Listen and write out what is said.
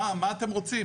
מה אתם רוצים?